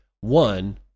One